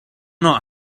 not